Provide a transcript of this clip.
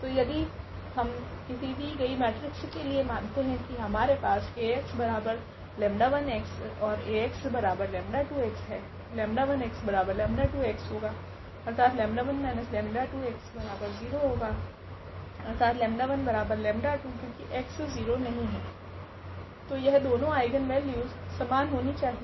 तो यदि हम किसी दी गई मेट्रिक्स के लिए मानते है की हमारे पास है 𝐴𝑥𝜆1𝑥 𝐴𝑥𝜆2𝑥 ⇒𝜆1𝑥𝜆2𝑥 ⇒𝜆1−𝜆2𝑥0 ⇒𝜆1𝜆2 since 𝑥≠0 तो यह दोनों आइगनवेल्यूस समान होनी चाहिए